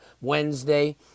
Wednesday